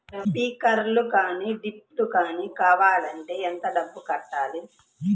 Sprinkler కానీ డ్రిప్లు కాని కావాలి అంటే ఎంత డబ్బులు కట్టాలి?